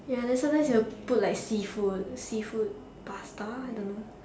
ya then sometimes he will put like seafood seafood pasta I don't know